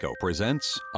presents